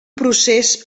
procés